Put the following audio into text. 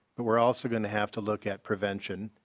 but we're also going to have to look at prevention.